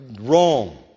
Wrong